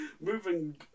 moving